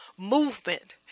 movement